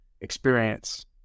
experience